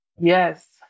Yes